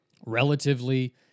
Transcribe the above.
relatively